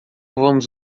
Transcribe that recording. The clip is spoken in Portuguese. vamos